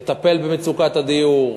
לטפל במצוקת הדיור.